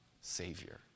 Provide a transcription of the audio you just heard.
Savior